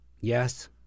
Yes